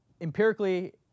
Empirically